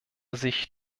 sich